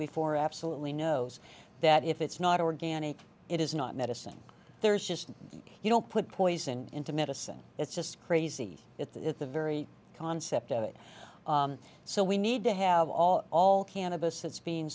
before absolutely knows that if it's not organic it is not medicine there is just you don't put poison into medicine it's just crazy at the at the very concept of it so we need to have all all cannabis that's being